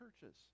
churches